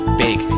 big